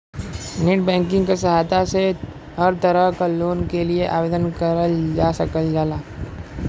net banking क सहायता से हर तरह क लोन के लिए आवेदन करल जा सकल जाला